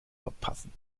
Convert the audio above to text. verpassen